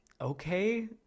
okay